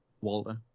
Walter